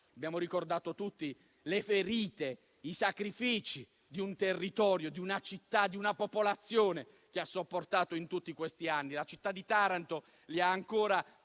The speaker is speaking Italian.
Abbiamo ricordato tutti le ferite e i sacrifici che il territorio, la città e la popolazione, hanno sopportato in tutti questi anni. La città di Taranto porta ancora